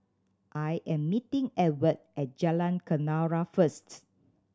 I am meeting Edward at Jalan Kenarah first